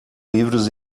livros